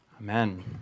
Amen